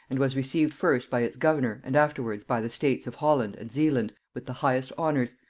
and was received first by its governor and afterwards by the states of holland and zealand with the highest honors,